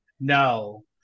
no